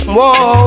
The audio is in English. Whoa